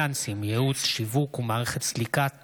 שיווק ומערכת סליקה פנסיוניים)